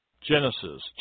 Genesis